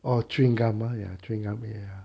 orh chewing gum ah ya chewing gum ya